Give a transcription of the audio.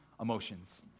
emotions